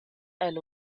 and